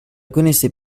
connaissais